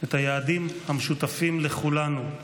את היעדים המשותפים לכולנו.